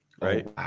right